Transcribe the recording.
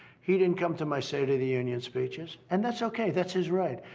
he didn't come to my state of the union speeches, and that's okay that's his right.